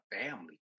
family